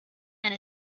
and